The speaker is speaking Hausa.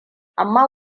amma